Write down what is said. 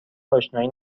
آشنایی